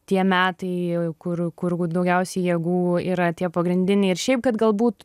tie metai kur kur daugiausiai jėgų yra tie pagrindiniai ir šiaip kad galbūt